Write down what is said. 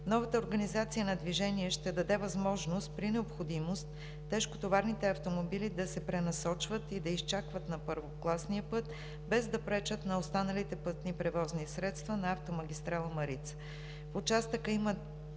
Новата организация на движение ще даде възможност при необходимост тежкотоварните автомобили да се пренасочват и да изчакват на първокласния път, без да пречат на останалите пътни превозни средства на автомагистрала „Марица“.